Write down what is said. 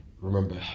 remember